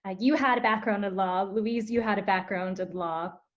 ah you had a background in law. louise, you had a background in law.